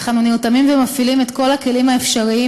אך אנו נרתמים ומפעילים את כל הכלים האפשריים,